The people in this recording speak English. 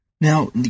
Now